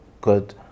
good